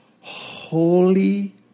holy